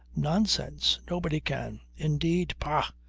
nonsense! nobody can. indeed! pah!